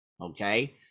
okay